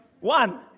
One